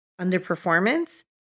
underperformance